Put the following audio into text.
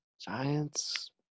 Giants